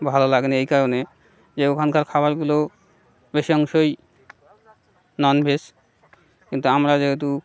ভালো লাগে নি এই কারণে যে ওখানকার খাবারগুলো বেশ অংশই ননভেজ কিন্তু আমরা যেহেতু